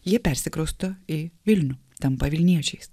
jie persikrausto į vilnių tampa vilniečiais